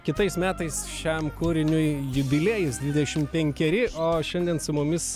kitais metais šiam kūriniui jubiliejus dvidešim penkeri o šiandien su mumis